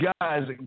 guys